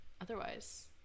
otherwise